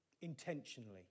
intentionally